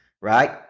Right